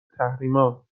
تحریما